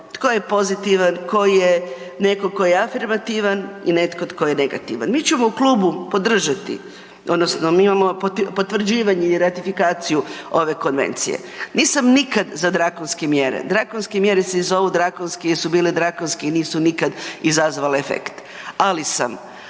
tko je pozitivan, tko je netko ko je afirmativan i netko tko je negativan. Mi ćemo u klubu podržati, odnosno mi imamo potvrđivanje i ratifikaciju ove konvencije. Nisam nikad za drakonske mjere, drakonske mjere se i zovu drakonske jer su bile drakonske i nisu nikad izazvale efekt ali sam